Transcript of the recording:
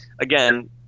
again